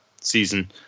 season